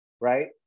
right